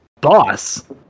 Boss